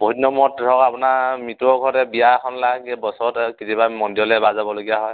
বহুদিনৰ মূৰত ধৰক আপোনাৰ মিতিৰৰ ঘৰত বিয়া এখন বছৰত কেতিয়াবা মন্দিৰলে এবাৰ যাবলগীয়া হয়